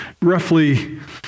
roughly